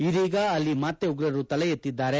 ಇದೀಗ ಅಲ್ಲಿ ಮತ್ತೆ ಉಗ್ರರು ತಲೆ ಎತ್ತಿದ್ದಾರೆ